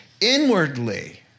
Inwardly